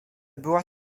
była